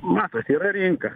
matot yra rinka